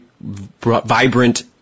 vibrant